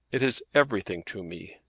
it is everything to me.